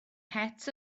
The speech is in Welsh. het